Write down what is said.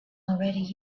already